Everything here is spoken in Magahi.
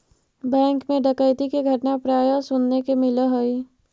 बैंक मैं डकैती के घटना प्राय सुने के मिलऽ हइ